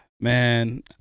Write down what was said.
Man